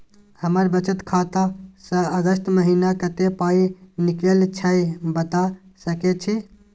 हमर बचत खाता स अगस्त महीना कत्ते पाई निकलल छै बता सके छि?